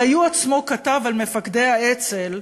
הרי הוא עצמו כתב על מפקדי האצ"ל: